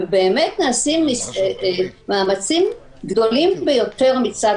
באמת נעשים מאמצים גדולים ביותר מצד